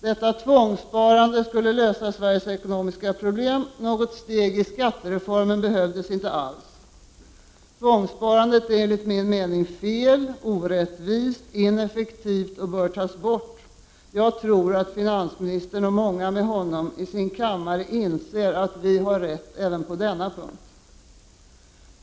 Detta tvångssparande skulle lösa Sveriges ekonomiska problem — något steg i skattereformen behövdes inte alls. Tvångssparandet är enligt min mening fel, orättvist, ineffektivt och bör tas bort. Jag tror att finansministern och många med honom i sin kammare inser att vi har rätt även på denna punkt.